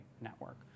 network